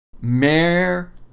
*Mayor